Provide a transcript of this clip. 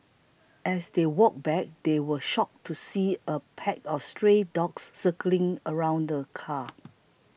as they walked back they were shocked to see a pack of stray dogs circling around the car